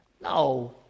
No